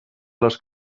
les